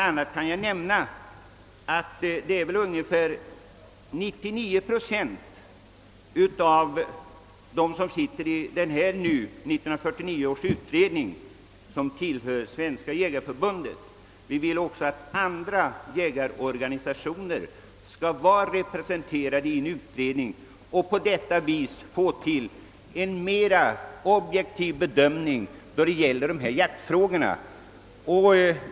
a. kan jag nämna att flertalet av dem som deltar i 1949 års utredning tillhör Svenska jägareförbundet. Vi vill att också andra jägarorganisationer skall vara representerade i en utredning för att på det viset åstadkomma en mera objektiv bedömning av jaktfrågorna.